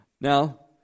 Now